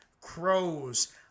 crows